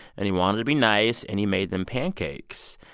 and he wanted to be nice. and he made them pancakes.